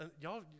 y'all